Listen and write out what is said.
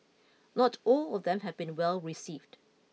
not all of them have been well received